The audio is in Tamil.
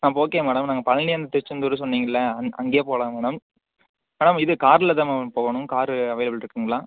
அப்போ ஓகே மேடம் நாங்கள் பழனி அண்ட் திருச்செந்தூர் சொன்னிங்கள்லே அங்கே அங்கேயே போகலாம் மேடம் மேடம் இது காரில்தான் மேடம் போகணும் காரு அவைலபுல் இருக்குதுங்களா